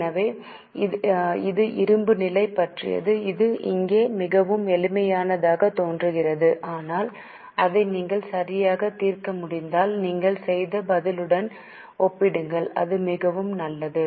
எனவே இது இருப்பு நிலை பற்றியது இது இங்கே மிகவும் எளிமையானதாக தோன்றுகிறது ஆனால் அதை நீங்கள் சரியாக தீர்க்க முடிந்தால் நீங்கள் செய்த பதிலுடன் ஒப்பிடுங்கள் அது மிகவும் நல்லது